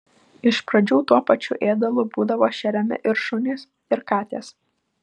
iš pradžių tuo pačiu ėdalu būdavo šeriami ir šunys ir katės